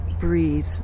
breathe